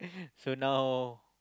so now